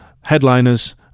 headliners